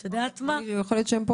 ואת יודעת מה --- יכול להיות שהם פה